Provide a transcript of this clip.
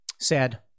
Sad